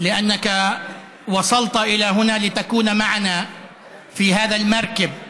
על כי באת לכאן להיות איתנו בספינה הזאת,